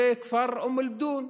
וכפר אום אלבדון,